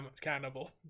cannibal